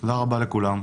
תודה רבה לכולם.